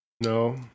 No